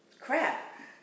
crap